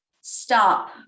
stop